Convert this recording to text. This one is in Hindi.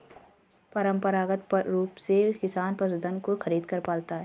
परंपरागत रूप से किसान पशुधन को खरीदकर पालता है